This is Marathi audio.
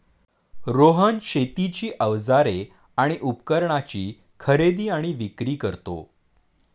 रोहन शेतीची अवजारे आणि उपकरणाची खरेदी आणि विक्री करतो